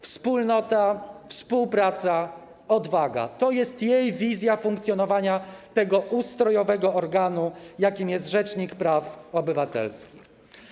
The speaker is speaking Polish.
Wspólnota, współpraca, odwaga - to jest jej wizja funkcjonowania tego ustrojowego organu, jakim jest rzecznik praw obywatelskich.